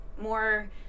more